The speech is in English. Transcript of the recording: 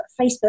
Facebook